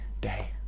day